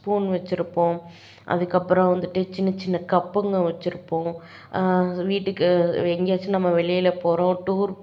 spoon வெச்சுருப்போம் அதுக்கப்புறம் வந்துட்டு சின்ன சின்ன கப்புங்க வெச்சுருப்போம் வீட்டுக்கு எங்கேயாச்சும் நம்ம வெளியில் போகிறோம் டூர்